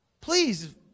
please